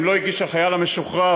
אם לא הגיש החייל המשוחרר,